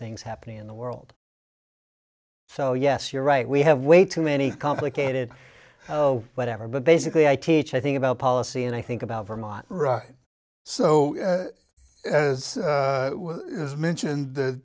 things happening in the world well yes you're right we have way too many complicated how whatever but basically i teach i think about policy and i think about vermont right so as it is mentioned th